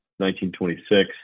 1926